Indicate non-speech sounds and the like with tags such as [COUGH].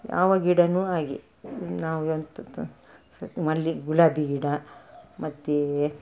ಯಾವ ಗಿಡವೂ ಹಾಗೆ ನಾವು [UNINTELLIGIBLE] ಮಲ್ಲೆ ಗುಲಾಬಿ ಗಿಡ ಮತ್ತು